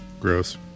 Gross